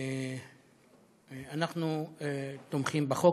אנחנו תומכים בחוק,